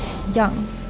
Young